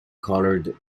colored